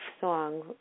song